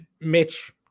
Mitch